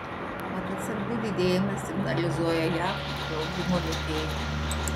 mat atsargų didėjimas signalizuoja jav ūkio augimo lėtėjimą